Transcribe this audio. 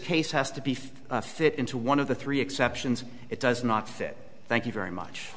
case has to be for fit into one of the three exceptions it does not fit thank you very much